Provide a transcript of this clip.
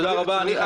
אחוזים.